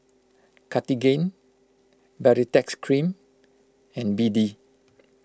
Cartigain Baritex Cream and B D